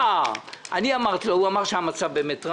הוא אמר באמת שהמצב באמת רע.